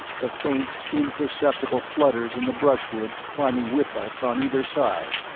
the faint imperceptible flutters in the brushwood climbing with us on either side.